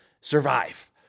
survive